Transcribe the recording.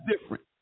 different